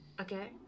Okay